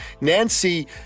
Nancy